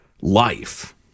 life